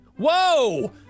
Whoa